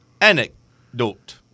Anecdote